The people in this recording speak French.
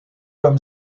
comme